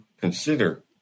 consider